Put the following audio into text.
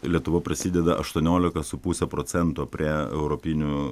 lietuva prisideda aštuoniolika su puse procento prie europinių